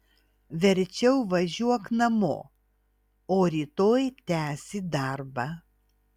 verčiau važiuok namo o rytoj tęsi darbą